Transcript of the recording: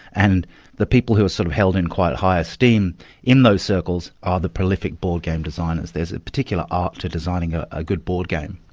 and the people who are sort of held in quite high esteem in those circles are the prolific board game designers. there's a particular art to designing ah a good board game.